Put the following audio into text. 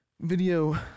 video